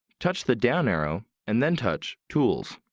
touch the down arrow and then touch tools.